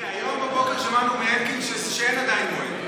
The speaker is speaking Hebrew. היום בבוקר שמענו מאלקין שאין עדיין מועד.